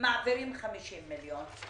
מעבירים 50 מיליון.